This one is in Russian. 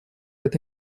это